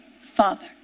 Father